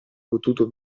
potuto